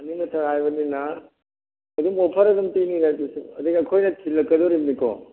ꯑꯅꯤ ꯃꯊꯛ ꯍꯥꯏꯕꯅꯤꯅ ꯑꯗꯨꯝ ꯑꯣꯐꯔ ꯑꯗꯨꯝ ꯄꯤꯅꯤꯗꯥ ꯑꯗꯨꯁꯨ ꯑꯗꯨꯒ ꯑꯩꯈꯣꯏꯅ ꯊꯤꯜꯂꯛꯀꯗꯧꯔꯤꯅꯤꯀꯣ